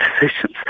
decisions